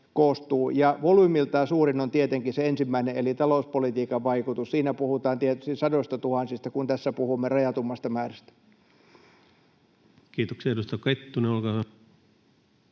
Volyymiltään suurin on tietenkin se ensimmäinen eli talouspolitiikan vaikutus. Siinä puhutaan tietysti sadoistatuhansista, kun tässä puhumme rajatummasta määrästä. Kiitoksia. — Edustaja Kettunen,